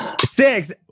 six